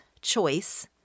choice